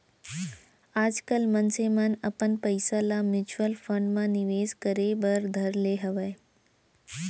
आजकल मनसे मन अपन पइसा ल म्युचुअल फंड म निवेस करे बर धर ले हवय